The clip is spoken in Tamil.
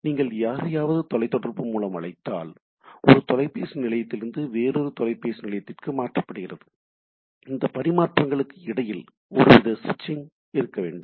நீங்கள் யாரையாவது தொலைத்தொடர்பு மூலம் அழைத்தால் ஒரு தொலைபேசி நிலையத்திலிருந்து வேறொரு தொலைபேசி நிலையத்திற்கு மாற்றப்படுகிறது இந்த பரிமாற்றங்களுக்கு இடையில் ஒருவித ஸ்விட்சிங் இருக்க வேண்டும்